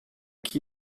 qui